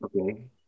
okay